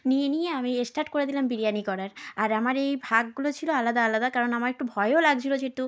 নিয়ে নিয়ে আমি স্টার্ট করে দিলাম বিরিয়ানি করার আর আমার এই ভাগগুলো ছিল আলাদা আলাদা কারণ আমার একটু ভয়ও লাগছিল যেহেতু